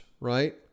right